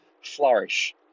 flourish